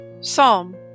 Psalm